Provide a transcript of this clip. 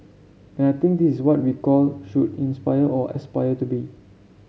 and I think this is what we call should inspire or aspire to be